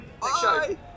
Bye